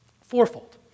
Fourfold